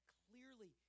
clearly